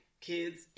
kids